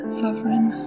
sovereign